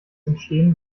entstehen